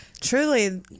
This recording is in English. Truly